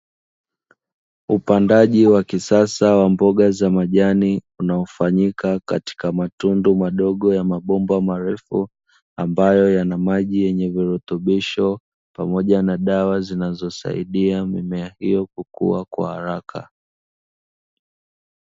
Upandaji wa kisasa wa mboga za majani unaofanyika katika matundu madogo ya mabomba marefu ambayo yana maji yenye virutubisho pamoja na dawa zinazosaidia mimea hiyo kukua kwa haraka